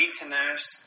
listeners